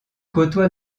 côtoie